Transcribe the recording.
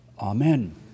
Amen